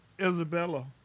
Isabella